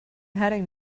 heading